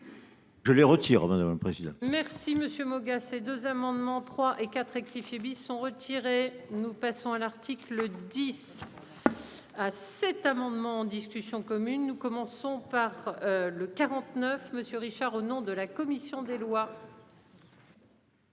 Je les retire madame président. Merci monsieur Moga ces deux amendements trois et quatre rectifier sont retirés. Nous passons à l'article 10. À sept. Cet amendement en discussion commune. Nous commençons par le 49. Monsieur Richard au nom de la commission des lois.